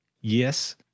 Yes